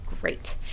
great